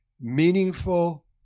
meaningful